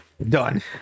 done